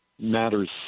matters